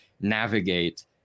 navigate